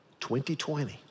2020